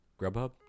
Grubhub